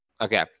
Okay